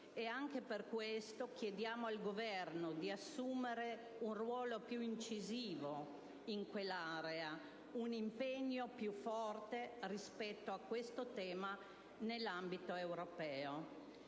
Anche per questo chiediamo al Governo di assumere un ruolo più incisivo in quell'area, un impegno più forte rispetto a questo tema nell'ambito europeo.